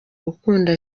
gukunda